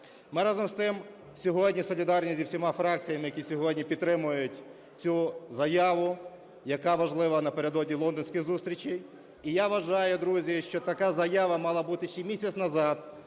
Ми разом з тим сьогодні солідарні з усіма фракціями, які сьогодні підтримують цю заяву, яка важлива напередодні лондонських зустрічей. І я вважаю, друзі, що така заява мала бути ще місяць назад,